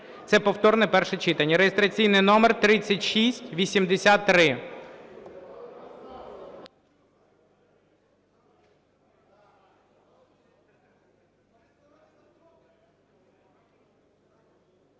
це повторне перше читання (реєстраційний номер 3683).